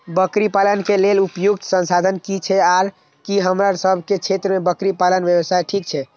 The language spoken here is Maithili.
बकरी पालन के लेल उपयुक्त संसाधन की छै आर की हमर सब के क्षेत्र में बकरी पालन व्यवसाय ठीक छै?